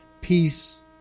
peace